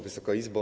Wysoka Izbo!